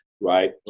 right